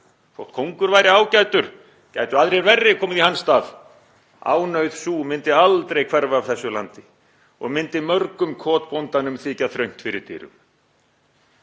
þótt kóngur væri ágætur gætu aðrir verri komið í hans stað, ánauð sú myndi aldrei hverfa af þessu landi og myndi mörgum kotbóndanum þykja þröngt fyrir dyrum.